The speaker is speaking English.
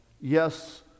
yes